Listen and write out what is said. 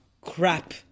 Crap